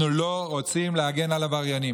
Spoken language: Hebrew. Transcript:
אנחנו לא רוצים להגן על עבריינים.